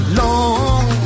long